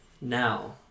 Now